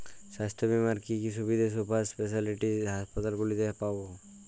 স্বাস্থ্য বীমার কি কি সুবিধে সুপার স্পেশালিটি হাসপাতালগুলিতে পাব?